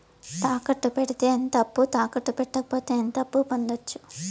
తాకట్టు పెడితే ఎంత అప్పు, తాకట్టు పెట్టకపోతే ఎంత అప్పు పొందొచ్చు?